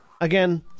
Again